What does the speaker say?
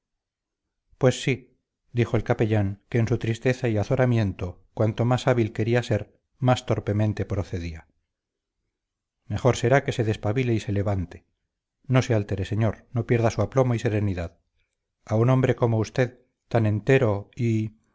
pues sí dijo el capellán que en su tristeza y azoramiento cuanto más hábil quería ser más torpemente procedía mejor será que se despabile y se levante no se altere señor no pierda su aplomo y serenidad a un hombre como usted tan entero y